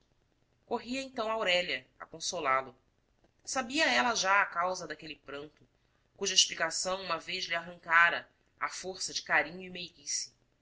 corria então aurélia a consolá-lo sabia ela já a causa daquele pranto cuja explicação uma vez lhe arrancara à força de carinho e meiguice